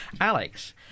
Alex